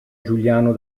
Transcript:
giuliano